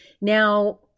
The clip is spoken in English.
Now